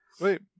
Wait